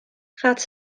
gaat